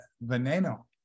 Veneno